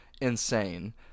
insane